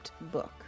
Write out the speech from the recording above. book